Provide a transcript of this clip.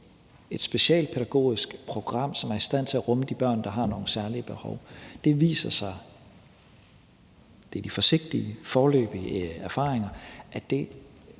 et specialpædagogisk program, som er i stand til at rumme de børn, der har nogle særlige behov. Det viser sig efter forsigtige, foreløbige erfaringer, at det